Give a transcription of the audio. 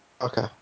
Okay